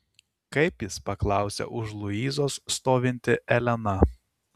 kaip jis paklausė už luizos stovinti elena